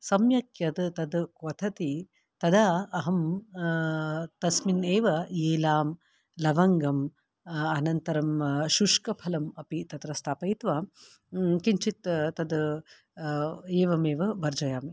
सम्यक् यत् तत् क्वथति तदा अहं तस्मिन् एव एलां लवङ्गम् अनन्तरं शुष्कफलम् अपि तत्र स्थापयित्वा किञ्चित् तत् एवमेव भर्जयामि